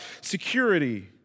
security